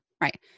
Right